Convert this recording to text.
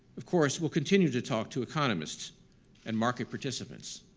of course, we'll continue to talk to economists and market participants,